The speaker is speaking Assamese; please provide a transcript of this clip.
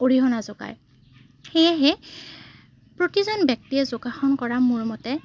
অৰিহণা যোগায় সেয়েহে প্ৰতিজন ব্যক্তিয়ে যোগাসন কৰা মোৰ মতে